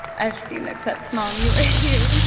i've seen the clips, mom, you were huge. and